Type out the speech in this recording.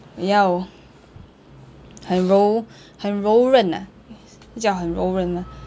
也要很柔很柔韧啊那叫很柔韧吗